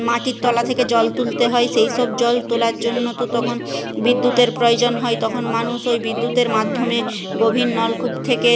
মাটির তলা থেকে জল তুলতে হয় সেই সব জল তোলার জন্য তো তখন বিদ্যুতের প্রয়োজন হয় তখন মানুষ ওই বিদ্যুতের মাধ্যমে গভীর নলকূপ থেকে